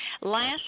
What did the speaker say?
last